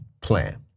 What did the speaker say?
plan